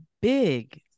big